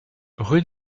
rue